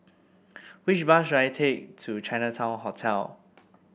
which bus should I take to Chinatown Hotel